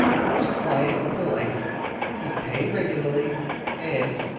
he was quiet and polite he paid regularly and,